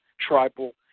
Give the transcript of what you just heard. tribal